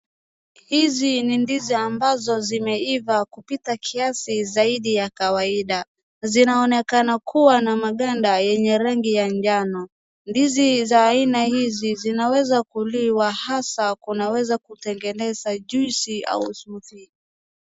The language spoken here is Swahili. Hizi ni ndizi ambazo zimeivaa kupita kiasi zaidi ya kawaida, zinaonekana kuwa na maganda yenye rangi ya njano. Ndizi za aina hizi zinaweza kuliwa hasa kunaweza kutengeneza juisi au smoothie .